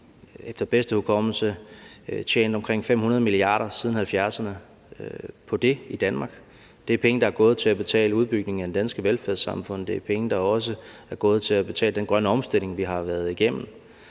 efter bedste hukommelse – tjent omkring 500 mia. kr. siden 1970'erne på det i Danmark, og det er penge, der er gået til at betale udbygningen af det danske velfærdssamfund, og det er penge, der også er gået til at betale den grønne omstilling, vi har været igennem.